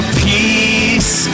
peace